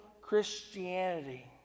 Christianity